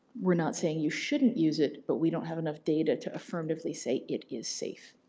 we're not saying you shouldn't use it but we don't have enough data to affirmatively say it is safe.